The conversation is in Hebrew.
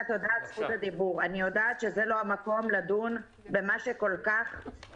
הם אומרים שהמדינה תשפה אותי.